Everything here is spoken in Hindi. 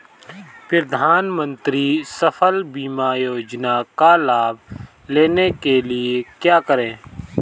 प्रधानमंत्री फसल बीमा योजना का लाभ लेने के लिए क्या करें?